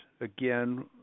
again